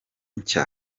nshya